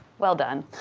well done.